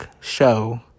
show